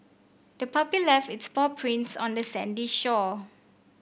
the puppy left its paw prints on the sandy shore